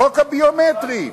החוק הביומטרי,